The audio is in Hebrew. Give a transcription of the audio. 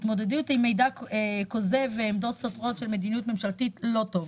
"התמודדות עם מידע כוזב ועמדות סותרות של מדיניות ממשלתית" לא טוב.